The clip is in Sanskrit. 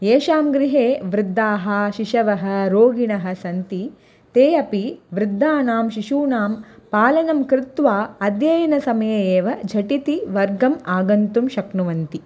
येषां गृहे वृद्धाः शिशवः रोगिणः सन्ति ते अपि वृद्धानां शिशूनां पालनं कृत्वा अध्ययनसमये एव झटिति वर्गम् आगन्तुं शक्नुवन्ति